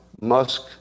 Musk